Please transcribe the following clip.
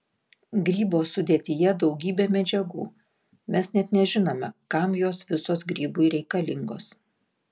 grybo sudėtyje daugybė medžiagų mes net nežinome kam jos visos grybui reikalingos